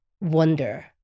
wonder